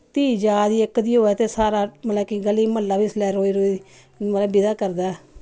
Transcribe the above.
धी जा दी इक दी होऐ ते सारा मतलब कि गली म्हल्ला बी उसलै रोई रोई मतलब विदा करदा